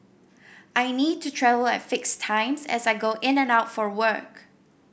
I need to travel at fixed times as I go in and out for work